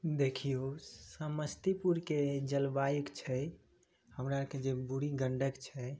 देखियौ समस्तीपुरके जलवायु छै हमरा आरके जे बूढी गंडक छै